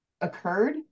occurred